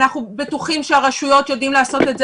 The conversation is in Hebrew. אנחנו בטוחים שהרשויות יודעות לעשות את זה